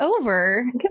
over